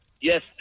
Yes